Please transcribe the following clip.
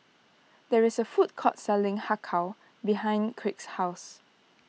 there is a food court selling Har Kow behind Kraig's house